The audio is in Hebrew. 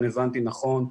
אם הבנתי נכון,